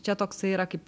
čia toksai yra kaip